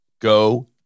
Go